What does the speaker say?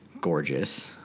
gorgeous